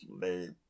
sleep